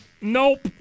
Nope